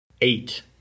eight